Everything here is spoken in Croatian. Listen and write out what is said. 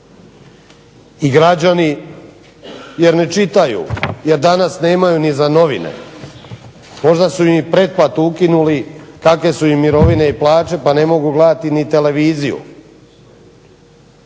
I građani jer ne čitaju, jer danas nemaju ni za novine, možda su im i pretplatu ukinuli kakve su im mirovine i plaće pa ne mogu gledati ni televiziju.